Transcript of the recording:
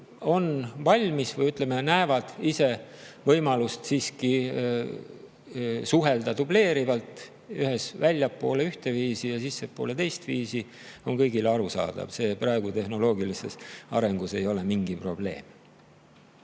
on valmis või, ütleme, näevad ise võimalust siiski suhelda dubleerivalt, väljapoole ühtviisi ja sissepoole teistviisi. See on kõigile arusaadav. See praegu tehnoloogilises arengus ei ole mingi probleem.